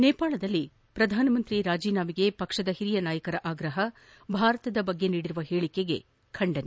ನೇಪಾಳದ ಪ್ರಧಾನಮಂತ್ರಿ ರಾಜೀನಾಮೆಗೆ ಪಕ್ಷದ ಹಿರಿಯ ನಾಯಕರ ಆಗ್ರಹ ಭಾರತದ ಬಗ್ಗೆ ನೀಡಿರುವ ಹೇಳಿಕೆಗೆ ಖಂಡನೆ